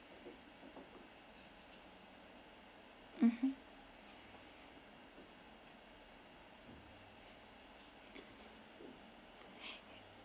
mmhmm